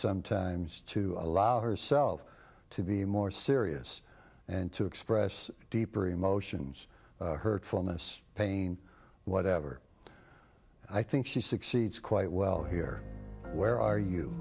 sometimes to allow herself to be more serious and to express deeper emotions hurtfulness pain whatever i think she succeeds quite well here where are you